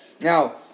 Now